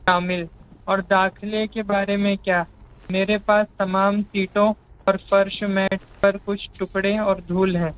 شامل اور داخلے کے بارے میں کیا میرے پاس تمام سیٹوں اور فرش میٹ پر کچھ ٹکڑے اور دھول ہیں